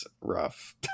rough